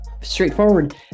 straightforward